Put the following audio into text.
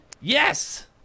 Yes